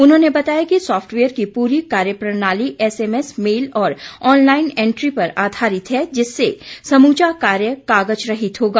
उन्होंने बताया कि सॉफ्टवेयर की पूरी कार्यप्रणाली एसएमएस मेल और ऑनलाईन एंट्री पर आधारित है जिससे समूचा कार्य कागज रहित होगा